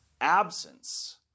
absence